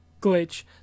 glitch